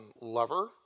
lover